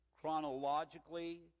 chronologically